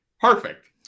Perfect